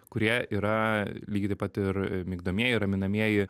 kurie yra lygiai taip pat ir migdomieji raminamieji